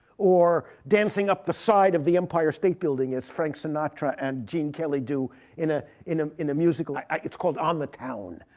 or dancing up the side of the empire state building, as frank sinatra and gene kelly do in ah in um a musical it's called on the town.